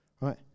Right